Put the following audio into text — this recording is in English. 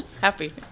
Happy